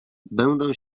będę